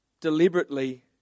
deliberately